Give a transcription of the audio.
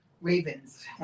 Ravens